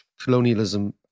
colonialism